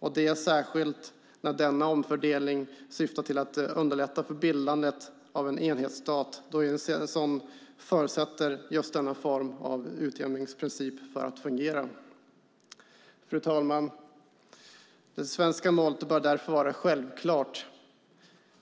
Detta gäller särskilt som denna omfördelning syftar till att underlätta för bildandet av en enhetsstat, eftersom en sådan förutsätter just denna form av utjämningsprincip för att fungera. Fru talman! Det svenska målet bör därför vara självklart: